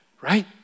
right